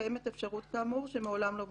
קיימת אפשרות כאמור שמעולם לא בוצעה.